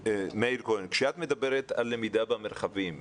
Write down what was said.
כשאת מדברת על למידה במרחבים,